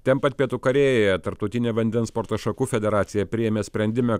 ten pat pietų korėjoje tarptautinė vandens sporto šakų federacija priėmė sprendimą